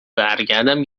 برگردم